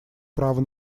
права